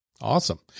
Awesome